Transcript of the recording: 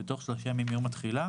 בתוך 30 ימים מיום התחילה,